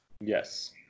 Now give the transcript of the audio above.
Yes